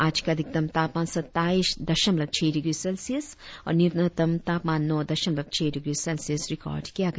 आज का अधिकतम तापमान सत्ताईस दशमलव छह डिग्री सेल्सियस और न्यूनतम तापमान नौ दशमलव छह डिग्री सेल्सियस रिकार्ड किया गया